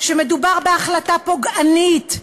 שמדובר בהחלטה פוגענית,